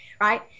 right